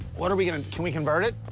what are we, and and can we convert it?